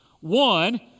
One